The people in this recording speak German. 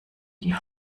die